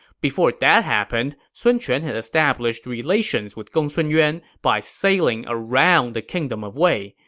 before that happened, sun quan had established relations with gongsun yuan by sailing around the kingdom of wei.